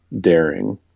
daring